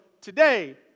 today